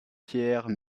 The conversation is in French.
pierres